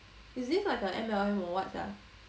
is this like an M_L_M or what sia